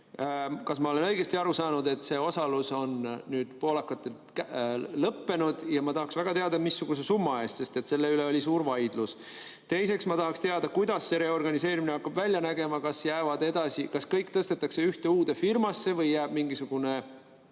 Kas ma olen õigesti aru saanud, et see osalus on nüüd poolakatel lõppenud? Ja ma tahaks väga teada, missuguse summa eest, sest selle üle oli suur vaidlus. Teiseks, ma tahaksin teada, kuidas see reorganiseerimine hakkab välja nägema. Kas kõik tõstetakse ühte uude firmasse või jääb mingisugune